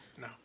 no